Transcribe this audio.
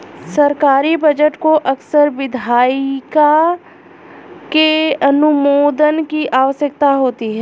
सरकारी बजट को अक्सर विधायिका के अनुमोदन की आवश्यकता होती है